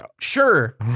sure